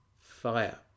Fire